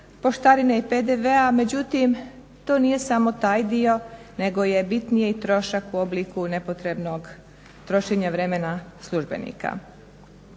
poštarine i PDV, međutim to nije samo taj dio nego je bitniji i trošak u obliku nepotrebnog trošenja vremena službenika.